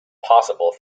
possible